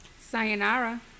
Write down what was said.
Sayonara